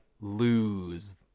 lose